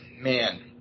man